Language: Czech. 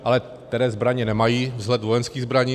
Ale které zbraně nemají vzhled vojenských zbraní?